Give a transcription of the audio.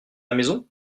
maison